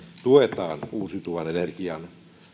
tuemme uusiutuvan energian